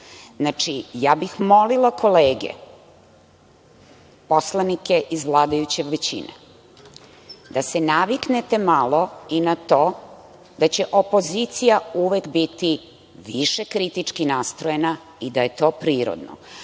ja bih molila kolege poslanike iz vladajuće većine, da se naviknete malo i na to da će opozicija uvek biti više kritički nastrojena i da je to prirodno,